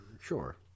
Sure